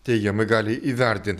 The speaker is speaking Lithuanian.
teigiamai gali įvertint